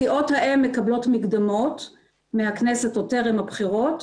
סיעות האם מקבלות מקדמות מהכנסת עוד טרם הבחירות.